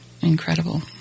incredible